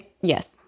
Yes